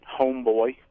homeboy